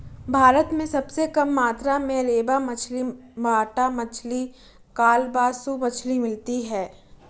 भारत में सबसे कम मात्रा में रेबा मछली, बाटा मछली, कालबासु मछली मिलती है